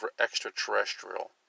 extraterrestrial